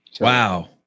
wow